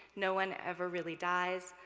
no one ever really dies,